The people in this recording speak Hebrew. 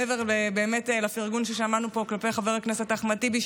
מעבר לפרגון ששמענו פה כלפי חבר הכנסת אחמד טיבי,